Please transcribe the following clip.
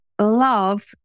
love